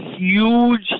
huge